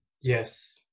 Yes